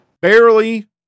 barely